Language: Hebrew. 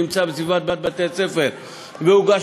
שכל מי שנמצא בסביבת בתי-ספר והוגש